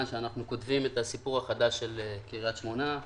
שאנחנו כותבים את הסיפור החדש של קריית שמונה.